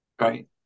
Right